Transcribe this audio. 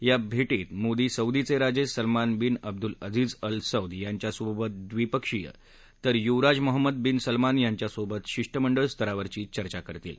या भेटी मोदी सौदीचे राजे Salman bin Abdulaziz Al Saud यांच्यासोबत ड्रिपक्षीय तर युवराज मोहम्मद बीन सलमान यांच्यासोबत शिष्टमंडळ स्तररावरची चर्चा करणार आहेत